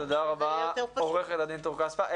תודה רבה לעורכת הדין טור כספא.